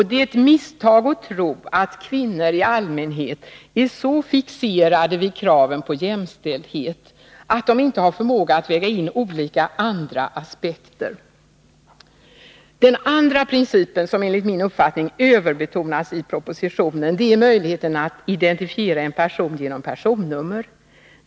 Det är ett misstag att tro att kvinnor i allmänhet är så fixerade vid kraven på jämställdhet att de inte har förmåga att väga in olika andra aspekter. Den andra principen, som enligt min uppfattning överbetonats i propositionen, är möjligheten att identifiera en person genom personnummer.